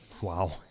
Wow